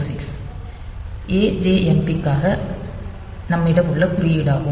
AJMP க்காக நம்மிடம் உள்ள குறியீடாகும்